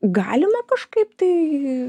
galima kažkaip tai